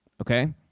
okay